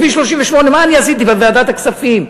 כביש 38. מה אני עשיתי בוועדת הכספים,